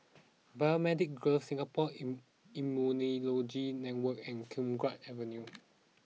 Biomedical Grove Singapore in Immunology Network and Khiang Guan Avenue